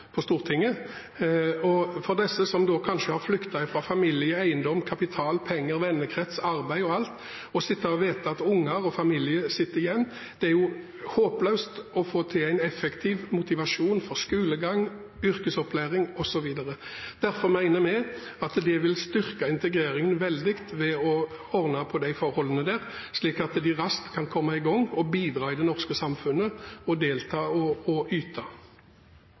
på Stortinget – at for disse som da kanskje har flyktet fra familie, eiendom, kapital, penger, vennekrets, arbeid og alt, som sitter og vet at unger og familie sitter igjen, er det håpløst å få til en effektiv motivasjon for skolegang, yrkesopplæring osv. Derfor mener vi at det vil styrke integreringen veldig å få orden på disse forholdene, slik at de raskt kan komme i gang med å bidra i det norske samfunnet ved å delta og yte.